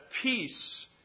peace